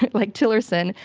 like tillirson,